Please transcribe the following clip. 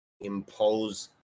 impose